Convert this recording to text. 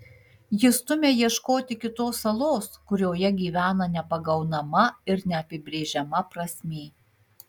ji stumia ieškoti kitos salos kurioje gyvena nepagaunama ir neapibrėžiama prasmė